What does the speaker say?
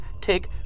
take